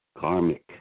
karmic